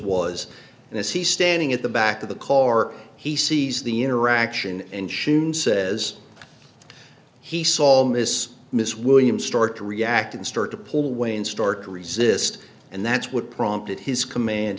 was and as he's standing at the back of the core he sees the interaction and sheen says he saw a miss miss williams start to react and start to pull away and start to resist and that's what prompted his command